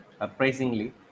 Surprisingly